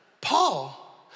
Paul